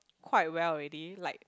quite well already like